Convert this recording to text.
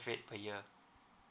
rate per year